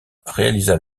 réalisa